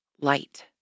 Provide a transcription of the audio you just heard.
light